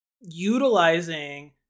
utilizing